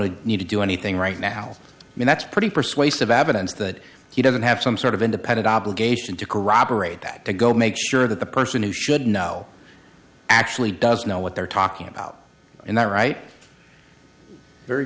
don't need to do anything right now i mean that's pretty persuasive evidence that he doesn't have some sort of independent obligation to corroborate that to go make sure that the person who should know actually does know what they're talking about and that right very